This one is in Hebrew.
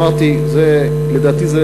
אמרתי שלדעתי,